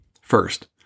First